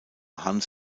hans